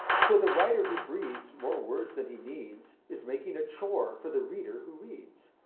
so the writer who breeds more words than he needs is making a chore for the reader who reads.